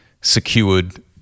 secured